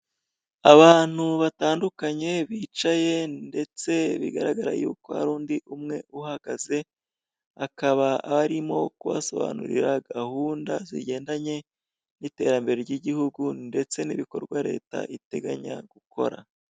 Abantu batandukanye bicaye ndetse bigaragara yuko hari undi umwe uhagaze, akaba arimo kubasobanurira gahunda zigendanye n'iterambere ry'igihugu ndetse n'ibikorwa leta iteganya gukora.